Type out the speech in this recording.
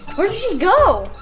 where'd she go?